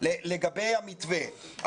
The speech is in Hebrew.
לגבי מתווה.